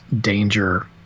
danger